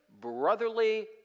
Brotherly